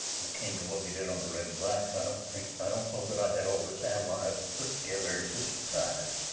when it came to what we did on the red and black i don't think i don't know that i had all this analyzed and put together and systematized.